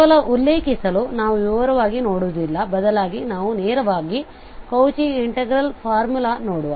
ಕೇವಲ ಉಲ್ಲೇಖಿಸಲು ನಾವು ವಿವರವಾಗಿ ನೋಡುವುದಿಲ್ಲ ಬದಲಾಗಿ ನಾವು ನೇರವಾಗಿ ಕೌಚಿ ಇಂಟಿಗ್ರೇಲ್ ಫಾರ್ಮುಲಾ ನೋಡುವ